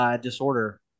Disorder